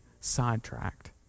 sidetracked